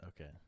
Okay